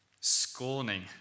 scorning